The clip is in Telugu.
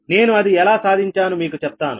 నేను అది ఎలా సాధించాను మీకు చెప్తాను